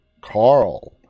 Carl